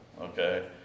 okay